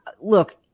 look